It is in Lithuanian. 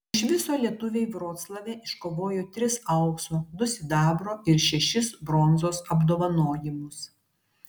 iš viso lietuviai vroclave iškovojo tris aukso du sidabro ir šešis bronzos apdovanojimus